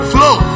Flow